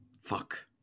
Fuck